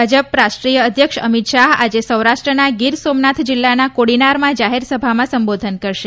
ભાજપ રાષ્ટ્રીય અધ્યક્ષ અમિત શાહ આજે સૌરાષ્ટ્રનાં ગીર સોમનાથ જીલ્લાના કોડીનારમાં જાહેર સભામાં સંબોધન કરશે